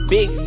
Big